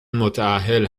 متاهل